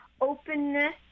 openness